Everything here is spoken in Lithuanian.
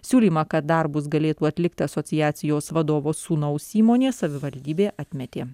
siūlymą kad darbus galėtų atlikti asociacijos vadovo sūnaus įmonė savivaldybė atmetė